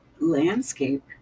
landscape